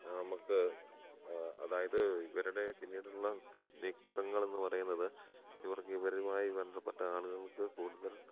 നമ്മൾക്ക് അതായത് ഇവരുടെ പിന്നീടുള്ള നീക്കങ്ങളെന്ന് പറയുന്നത് ഇവർക്ക് ഇവരുമായി ബന്ധപ്പെട്ട ആളുകൾക്ക് കൂടുതൽ